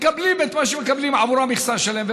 מקבלים את מה שהם מקבלים בעבור המכסה שלהם,